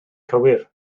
cywir